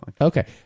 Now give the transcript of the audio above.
Okay